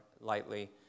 lightly